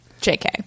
JK